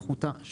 פחותה,